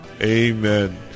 Amen